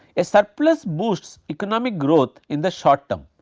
a surplus boosts economic growth in the short term.